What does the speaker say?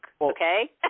Okay